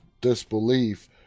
disbelief